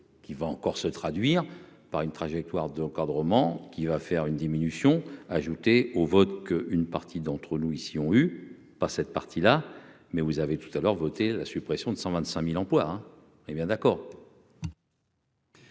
qui va encore se traduire par une trajectoire de encadrement qui va faire une diminution, ajouté au vote que une partie d'entre nous ici on eu pas cette partie-là, mais vous avez tout à l'heure, voter la suppression de 125000 emplois, hein, et bien d'accord.